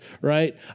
right